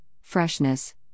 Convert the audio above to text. freshness